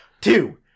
two